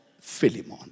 Philemon